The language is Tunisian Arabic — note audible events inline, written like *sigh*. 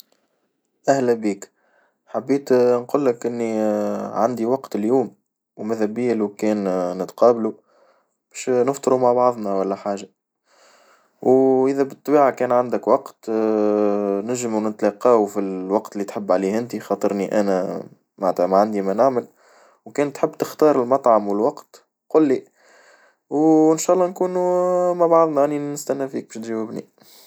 أهلا بيك، حبيت *hesitation* نقول لك إني *hesitation* عندي وقت اليوم، وماذا بي لو كان *hesitation* نتقابلو، وش نفطرو مع بعضنا ولا حاجة، وإذا بالطبيعة كان عندك وقت *hesitation* نجم ونتلاقاو في الوقت اللي تحب عليه نتي خاطرني أنا معنتها ما عندي ما نعمل وكان تحب تختار المطعم والوقت قولي وإن شالله نكونوا *hesitation* مع بعضنا يعني نستنى فيك تجاوبني.